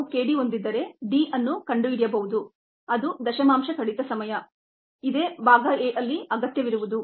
ನಾವು k d ಹೊಂದಿದ್ದರೆ D ಅನ್ನು ಕಂಡುಹಿಡಿಯಬಹುದು ಅದು ಡೆಸಿಮಲ್ ರಿಡೆಕ್ಷನ್ ಟೈಮ್ ಇದೆ ಭಾಗ a ನಲ್ಲಿ ಅಗತ್ಯವಿರುವುದು